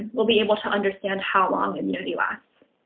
we'll be able to understand how long immunity lasts.